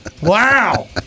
Wow